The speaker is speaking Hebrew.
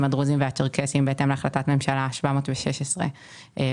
הדרוזים והצ'רקסים בהתאם להחלטת ממשלה 716 ו-717.